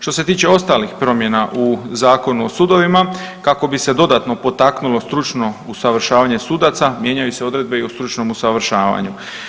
Što se tiče ostalih promjena u Zakonu o sudovima kako bi se dodatno potaknulo stručno usavršavanje sudaca mijenjaju se i Odredbe o stručnom usavršavanju.